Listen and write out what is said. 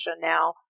now